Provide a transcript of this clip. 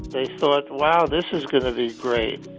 they thought, wow this is gonna be great.